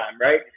right